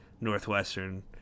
Northwestern